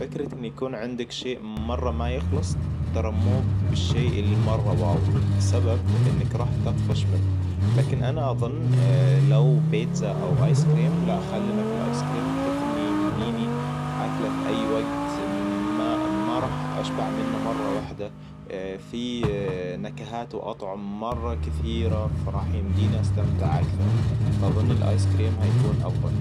فكرة إن يكون عندك شيء مرة ما يخلص ترى مو بالشيء اللي مرة واو بسبب إنك راح تطفش منه. لكن أنا اظن لو بيتزا او ايس كريم لا خلنا في الايس كريم بحيث اني اكلة في اي وقت ما راح اشبع منه مرة واحدة. في نكهات واطعمة مرة كثيرة فراح يمديني استمتع اكثر. فأظن الأيس كريم حيكون افضل